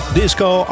disco